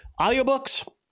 Audiobooks